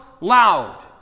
loud